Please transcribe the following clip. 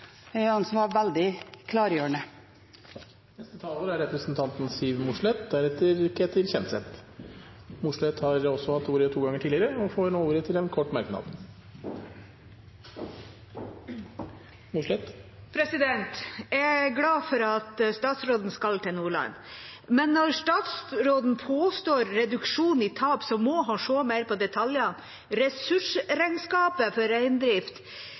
var veldig klargjørende. Representanten Siv Mossleth har hatt ordet to ganger tidligere og får ordet til en kort merknad, begrenset til 1 minutt. Jeg er glad for at statsråden skal til Nordland, men når statsråden påstår at det har vært en reduksjon i tap, må han se mer på detaljene. Ressursregnskapet for